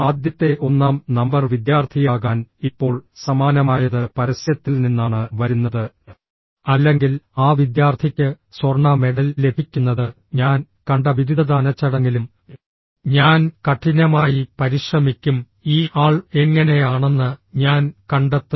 ആദ്യത്തെ ഒന്നാം നമ്പർ വിദ്യാർത്ഥിയാകാൻ ഇപ്പോൾ സമാനമായത് പരസ്യത്തിൽ നിന്നാണ് വരുന്നത് അല്ലെങ്കിൽ ആ വിദ്യാർത്ഥിക്ക് സ്വർണ്ണ മെഡൽ ലഭിക്കുന്നത് ഞാൻ കണ്ട ബിരുദദാനച്ചടങ്ങിലും ഞാൻ കഠിനമായി പരിശ്രമിക്കും ഈ ആൾ എങ്ങനെയാണെന്ന് ഞാൻ കണ്ടെത്തും